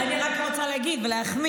אני רק רוצה להחמיא.